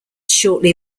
shortly